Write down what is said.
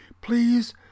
please